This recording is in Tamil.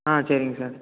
ஆ சரிங்க சார்